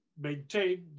maintain